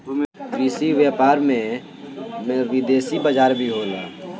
कृषि व्यापार में में विदेशी बाजार भी होला